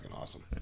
awesome